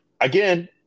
again